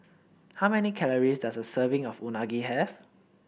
how many calories does a serving of Unagi have